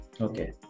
Okay